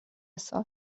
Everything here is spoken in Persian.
سال